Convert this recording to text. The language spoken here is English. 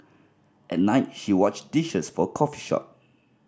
at night she washed dishes for a coffee shop